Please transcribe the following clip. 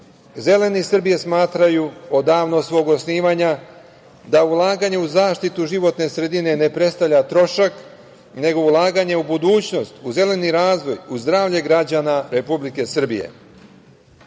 Zeleni Srbije smatraju od dana svog osnivanja da ulaganje u zaštitu životne sredine ne predstavlja trošak, nego ulaganje u budućnost, u zeleni razvoj, u zdravlje građana Republike Srbije. Uvažene